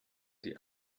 die